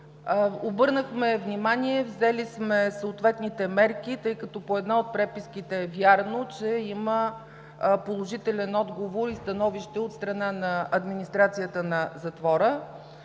Обърнахме внимание, взели сме съответните мерки, тъй като по една от преписките е вярно, че има положителен отговор и становище от страна на администрацията на затвора.